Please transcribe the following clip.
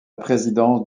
présidence